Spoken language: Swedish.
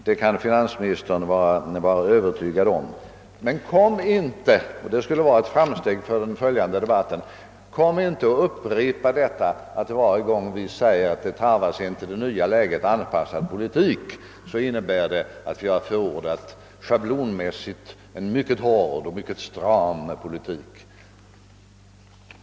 Det kan finansministern vara övertygad om. Men upprepa inte — det skulle vara ett framsteg för den följande debatten — att vi varje gång vi säger, att det tarvas en till det nya läget anpassad politik, skulle ha schablonmässigt förordat en mycket hård och stram politik.